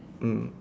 mm